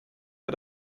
bei